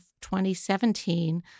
2017